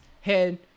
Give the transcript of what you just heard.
head